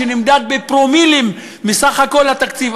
שנמדד בפרומילים מסך כל התקציב,